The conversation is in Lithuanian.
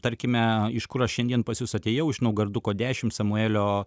tarkime iš kurio šiandien pas jus atėjau iš naugarduko dešim samuelio